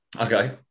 Okay